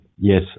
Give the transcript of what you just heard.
yes